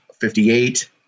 58